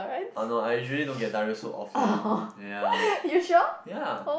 oh no I usually don't get diarrhoea so often ya ya